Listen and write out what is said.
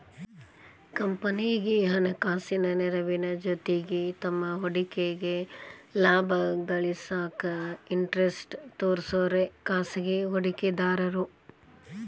ಕಂಪನಿಗಿ ಹಣಕಾಸಿನ ನೆರವಿನ ಜೊತಿಗಿ ತಮ್ಮ್ ಹೂಡಿಕೆಗ ಲಾಭ ಗಳಿಸಾಕ ಇಂಟರೆಸ್ಟ್ ತೋರ್ಸೋರೆ ಖಾಸಗಿ ಹೂಡಿಕೆದಾರು